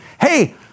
hey